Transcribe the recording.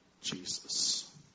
Jesus